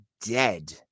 dead